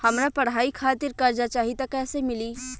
हमरा पढ़ाई खातिर कर्जा चाही त कैसे मिली?